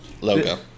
Logo